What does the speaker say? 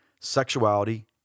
sexuality